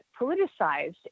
politicized